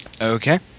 Okay